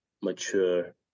mature